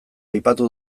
aipatu